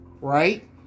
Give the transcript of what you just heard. right